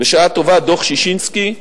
בשעה טובה, דוח ששינסקי,